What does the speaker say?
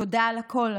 תודה על הכול.